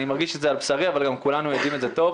אני מרגיש את זה על בשרי וכולנו יודעים את זה היטב.